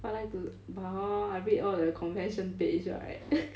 but I like to but hor I read all the like convention page right